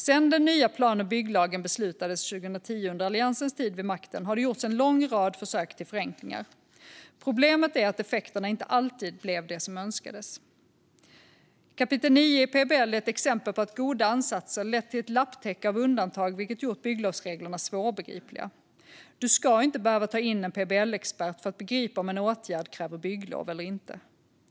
Sedan den nya plan och bygglagen beslutades 2010 under Alliansens tid vid makten har det gjorts en lång rad försök till förenklingar. Problemet är att effekterna inte alltid blivit de som önskades. Kapitel 9 i PBL är ett exempel på att goda ansatser lett till ett lapptäcke av undantag, vilket gjort bygglovsreglerna svårbegripliga. Man ska inte behöva ta in en PBL-expert för att begripa om en åtgärd kräver bygglov eller inte.